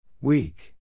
Weak